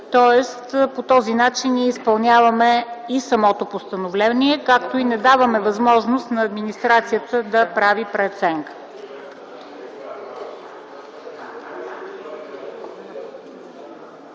Тоест по този начин ние изпълняваме и самото постановление, както и не даваме възможност на администрацията да прави преценка.